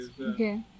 Okay